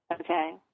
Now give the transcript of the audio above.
okay